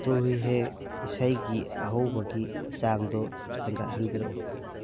two ꯍꯤ ꯍꯦ ꯏꯁꯩꯒꯤ ꯑꯍꯧꯕꯒꯤ ꯆꯥꯡꯗꯣ ꯍꯦꯟꯒꯠꯍꯟꯕꯤꯔꯛꯎ